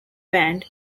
band